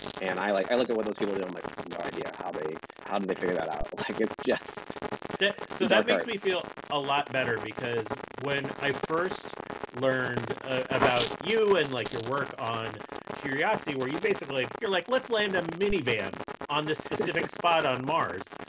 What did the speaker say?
and i like i look at what those people do, i'm like, no idea how they how did they figure that out? like yeah so that makes me feel a lot better, because when i first learned about you and like your work on curiosity where you basically, you're like, let's land a minivan on this specific spot on mars.